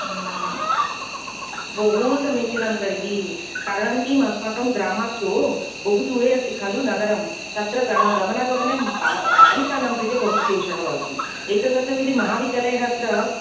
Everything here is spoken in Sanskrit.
बहू समीचिनं तर्हि कारणं किम् अस्माकं ग्रामात्तु बहु दूरे अस्ति खलु नगरं तत्र गमनागमने बालिकानां कृते बहु क्लेषः भवति एतदर्थमिति महाविद्यालयः अत्र